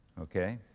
okay,